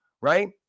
right